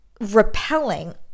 repelling